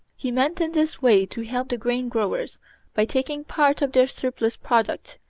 he meant in this way to help the grain-growers by taking part of their surplus product,